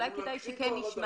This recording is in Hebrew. אז אומרים לה קחי כוח אדם,